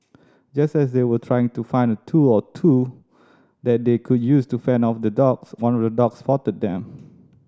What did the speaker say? just as they were trying to find a tool or two that they could use to fend off the dogs one of the dogs spotted them